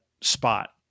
spot